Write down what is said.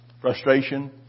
Frustration